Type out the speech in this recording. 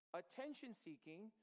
attention-seeking